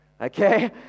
Okay